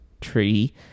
tree